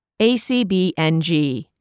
ACBNG